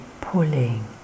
pulling